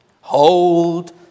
Hold